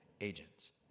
agents